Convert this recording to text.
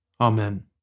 Amen